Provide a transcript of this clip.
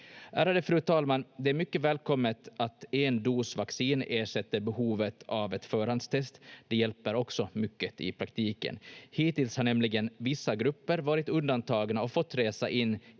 Ärade fru talman! Det är mycket välkommet att en dos vaccin ersätter behovet av ett förhandstest. Det hjälper också mycket i praktiken. Hittills har nämligen vissa grupper varit undantagna och fått resa in